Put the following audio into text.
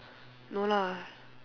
no lah